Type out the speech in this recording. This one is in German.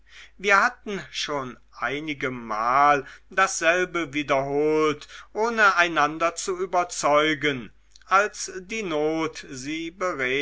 wir hatten schon einigemal dasselbe wiederholt ohne einander zu überzeugen als die not sie